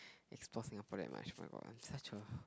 explore Singapore that much oh-my-god I'm such a